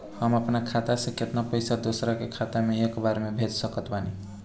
हम अपना खाता से केतना पैसा दोसरा के खाता मे एक बार मे भेज सकत बानी?